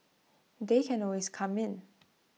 they can always come in